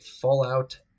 Fallout